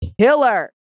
killer